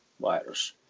virus